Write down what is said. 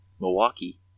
Milwaukee